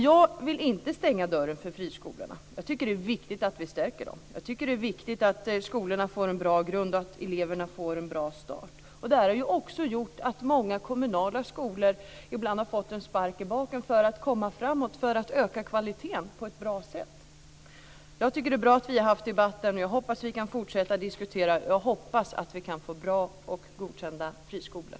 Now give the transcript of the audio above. Jag vill inte stänga dörren för friskolorna. Jag tycker att det är viktigt att vi stärker dem. Det är viktigt att skolorna får en bra grund och att eleverna får en bra start. Friskolorna har också lett till att många kommunala skolor ibland har fått en spark i baken för att komma framåt och på ett bra sätt höja kvaliteten. Jag tycker att den debatt som vi nu har är bra, och jag hoppas att vi kan fortsätta att diskutera. Jag hoppas att vi kan få bra och godkända friskolor.